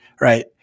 Right